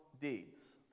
deeds